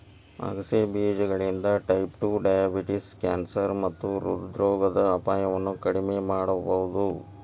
ಆಗಸೆ ಬೇಜಗಳಿಂದ type two diabetes, cancer ಮತ್ತ ಹೃದ್ರೋಗದ ಅಪಾಯವನ್ನ ಕಡಿಮಿ ಮಾಡಬೋದು